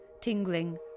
tingling